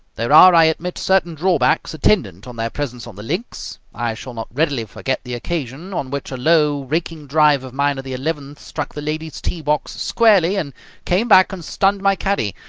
there are, i admit, certain drawbacks attendant on their presence on the links. i shall not readily forget the occasion on which a low, raking drive of mine at the eleventh struck the ladies' tee box squarely and came back and stunned my caddie,